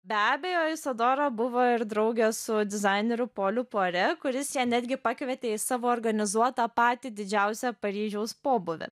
be abejo isadora buvo ir drauge su dizaineriu poliu puare kuris ją netgi pakvietė į savo organizuotą patį didžiausią paryžiaus pobūvį